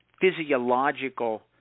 physiological